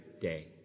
day